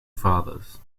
fathers